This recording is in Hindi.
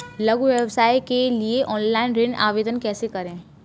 लघु व्यवसाय के लिए ऑनलाइन ऋण आवेदन कैसे करें?